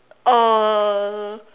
uh